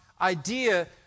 idea